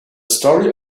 story